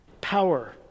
power